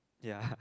ya